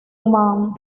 man